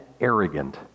arrogant